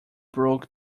broke